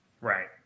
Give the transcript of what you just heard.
Right